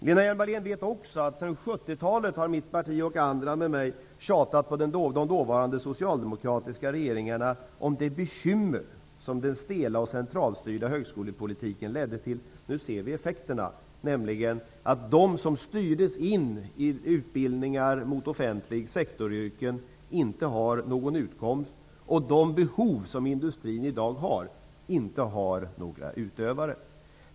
Lena Hjelm-Wallén vet också att från 70-talet har mitt parti och andra med mig tjatat på de dåvarande socialdemokratiska regeringarna om det bekymmer som den stela och centralstyrda högskolepolitiken ledde till. Nu ser vi effekterna, nämligen att de som styrdes in i utbildningar mot offentlig sektor-yrken inte har någon utkomst och att de yrken som industrin i dag har behov av inte har några utövare.